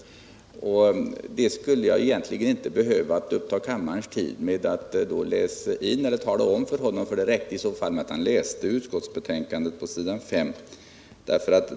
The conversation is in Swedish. Egentligen skulle jag inte behöva uppta kammarens tid med att redovisa detta för Bertil Måbrink, för det skulle räcka med att han läste utskottsbetänkandet på s. 5.